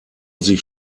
sich